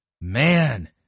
Man